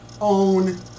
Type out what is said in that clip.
own